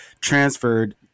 transferred